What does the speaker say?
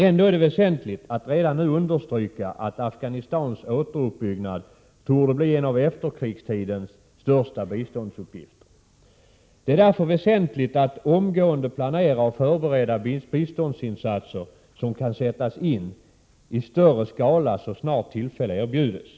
Ändå är det väsentligt att redan nu understryka att Afghanistans återuppbyggnad torde bli en av efterkrigstidens största biståndsuppgifter. Det är därför väsentligt att omgående planera och förbereda biståndsinsatser som kan sättas in i större skala så snart tillfälle erbjuds.